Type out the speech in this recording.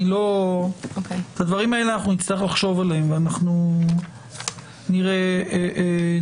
אני לא -- אנחנו נצטרך לחשוב על הדברים האלה ולראות איך,